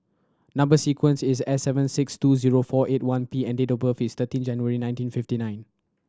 number sequence is S seven six two zero four eight one P and date of birth is thirteen January nineteen fifty nine